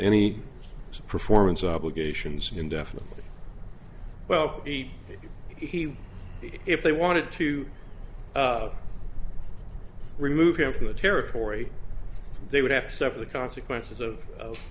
any performance obligations indefinitely well he he if they wanted to remove him from the territory they would have to separate consequences of